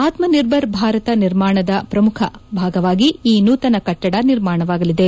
ಆತ್ಮನಿರ್ಭರ್ ಭಾರತ ನಿರ್ಮಾಣದ ಪ್ರಮುಖ ಭಾಗವಾಗಿ ಈ ನೂತನ ಕಟ್ಟದ ನಿರ್ಮಾಣವಾಗಲಿದೆ